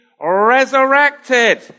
resurrected